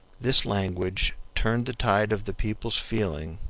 this language turned the tide of the people's feelings